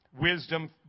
wisdom